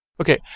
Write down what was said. Okay